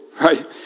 right